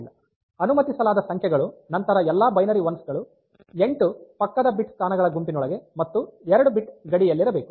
ಅನುಮತಿಸಲಾದ ಸಂಖ್ಯೆಗಳು ನಂತರ ಎಲ್ಲಾ ಬೈನರಿ ಒನ್ಸ್ ಗಳು 8 ಪಕ್ಕದ ಬಿಟ್ ಸ್ಥಾನಗಳ ಗುಂಪಿನೊಳಗೆ ಮತ್ತು 2 ಬಿಟ್ ಗಡಿಯಲ್ಲಿರಬೇಕು